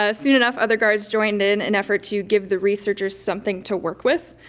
ah soon enough other guards joined in, in effort to give the researchers something to work with.